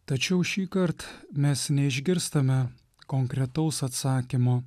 tačiau šįkart mes neišgirstame konkretaus atsakymo